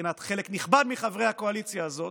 מבחינת חלק נכבד מחברי הקואליציה הזאת,